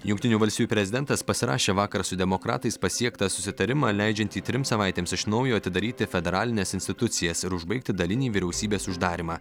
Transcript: jungtinių valstijų prezidentas pasirašė vakar su demokratais pasiektą susitarimą leidžiantį trims savaitėms iš naujo atidaryti federalines institucijas ir užbaigti dalinį vyriausybės uždarymą